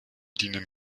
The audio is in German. dienen